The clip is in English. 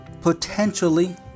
potentially